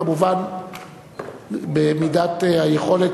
כמובן במידת היכולת,